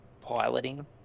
piloting